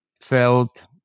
felt